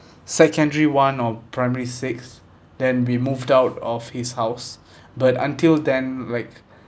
secondary one or primary six then we moved out of his house but until then like